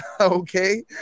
okay